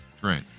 great